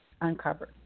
uncovered